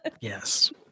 yes